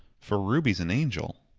for ruby's an angel.